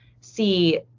see